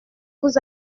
vous